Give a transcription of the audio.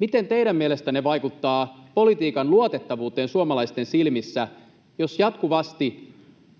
miten teidän mielestänne vaikuttaa politiikan luotettavuuteen suomalaisten silmissä, jos jatkuvasti